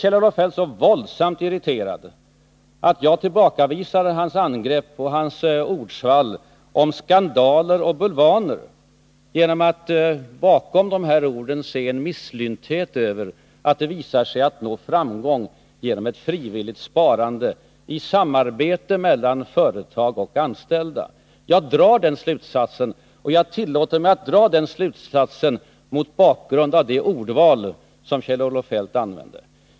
Kjell-Olof Feldt blev så våldsamt irriterad över att jag tillbakavisade hans angrepp och hans ordsvall om skandaler och bulvaner genom att bakom detta se en misslynthet över att det visar sig att man kan nå framgång med ett frivilligt sparande i samarbete mellan företag och anställda. Jag drar den slutsatsen, och jag tillåter mig att göra det mot bakgrund av det ordval som Kjell-Olof Feldt använde.